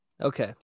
Okay